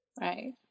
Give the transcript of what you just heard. Right